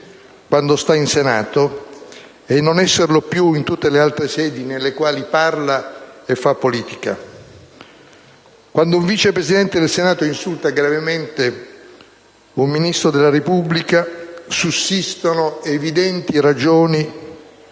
quando sta in Senato e non esserlo più in tutte le altre sedi nelle quali parla e fa politica. Quando un Vice Presidente del Senato insulta gravemente un Ministro della Repubblica sussistono evidenti ragioni